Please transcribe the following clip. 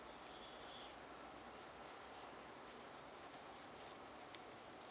mm